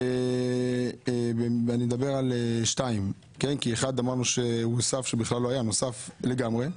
ואני מדבר על (2) כי אמרנו ש-(1) נוסף לגמרי,